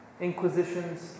inquisitions